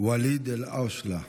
ואליד אלהאושלה.